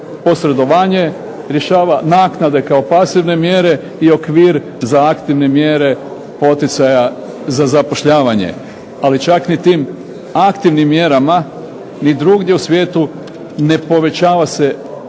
posredovanje, rješava naknade kao pasivne mjere i okvir za aktivne mjere poticaja za zapošljavanje. Ali čak ni tim aktivnim mjerama ni drugdje u svijetu ne povećava se bitno